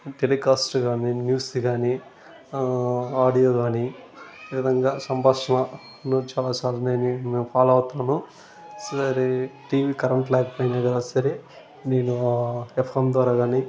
telecast కానీ న్యూస్ది కానీ ఆడియో కానీ ఈ విధంగా సంభాషణను చాలా ఫాలో అవుతున్నాను సరే టీవీకి కరెంట్ లేకపోయిన సరే నేను ఎఫ్ఎం ద్వారా కానీ